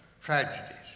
tragedies